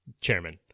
chairman